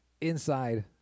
inside